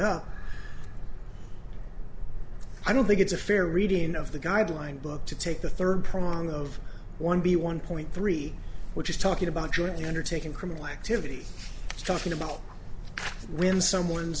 up i don't think it's a fair reading of the guideline book to take the third prong of one b one point three which is talking about jointly undertaken criminal activity talking about when someone's